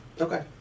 Okay